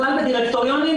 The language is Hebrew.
בכלל בדירקטוריונים,